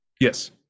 Yes